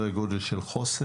לא מספיק טוב.